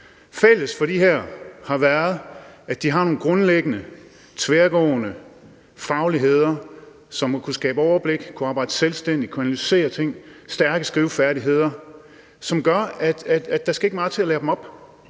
Fælles for de her mennesker har været, at de har nogle grundlæggende, tværgående fagligheder som at kunne skabe overblik, kunne arbejde selvstændigt, kunne analysere ting, har stærke skrivefærdigheder, som gør, at der ikke skal meget til at lære dem op.